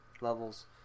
levels